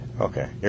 Okay